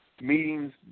Meetings